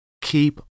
keep